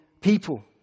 people